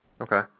Okay